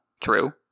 True